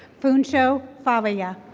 fun cho favia.